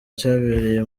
cyabereye